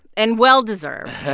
and well-deserved,